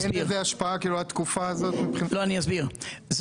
אני אסביר.